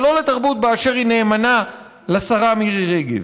ולא לתרבות באשר היא נאמנה לשרה מירי רגב.